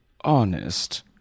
honest